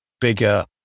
bigger